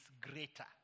greater